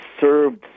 served